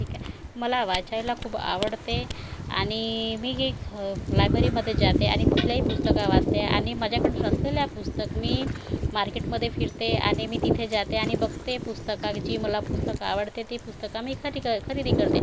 ठीक आहे मला वाचायला खूप आवडते आणि मी हे लायब्ररीमध्ये जाते आणि तिथलीही पुस्तकं वाचते आणि माझ्याकडे नसलेली पुस्तक मी मार्केटमधे फिरते आणि मी तिथे जाते आणि बघते पुस्तकं जी मला पुस्तकं आवडते ती पुस्तकं मी खरी खरेदी करते